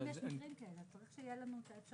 לכן אין את החשש